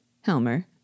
Helmer